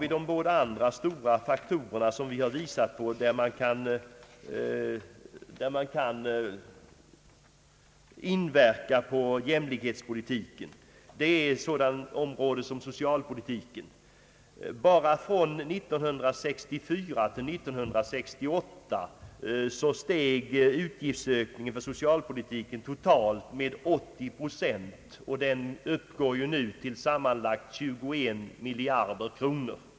Vi har ytterligare påvisat två metoder att inverka på jämlikhetspolitiken. Socialpolitiken utgör en sådan faktor. Bara från år 1964 till år 1968 ökade utgifterna för socialpolitiken totalt med 80 procent. För närvarande uppgår kostnaderna sammanlagt till 21 miljarder kronor.